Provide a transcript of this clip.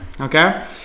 Okay